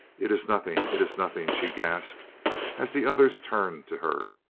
it is nothing, it is nothing, she gasped as the others turned to her.